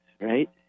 right